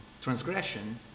transgression